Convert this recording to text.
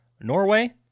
Norway